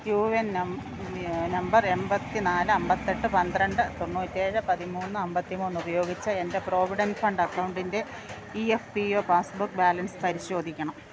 U A N നമ്പർ എൺപത്തി നാല് അമ്പത്തി എട്ട് പന്ത്രണ്ട് തൊണ്ണൂറ്റി ഏഴ് പതിമൂന്ന് അമ്പത്തി മൂന്ന് ഉപയോഗിച്ച് എൻ്റെ പ്രൊവിഡൻ്റ് ഫണ്ട് അക്കൗണ്ടിൻ്റെ E F P O passbook balance പരിശോധിക്കണം